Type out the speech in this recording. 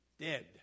dead